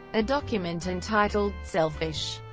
a document entitled selfish,